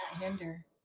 Hinder